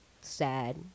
sad